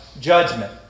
judgment